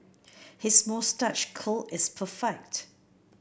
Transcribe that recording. his moustache curl is perfect